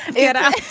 yeah,